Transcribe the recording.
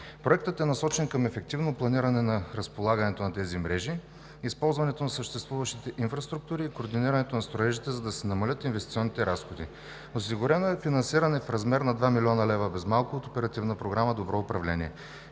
Проектът е насочен към ефективно планиране на разполагането на тези мрежи, използването на съществуващите инфраструктури и координирането на строежите, за да се намалят инвестиционните разходи. Осигурено е финансиране в размер на 2 млн. лв., без малко от Оперативна програма „Добро управление“.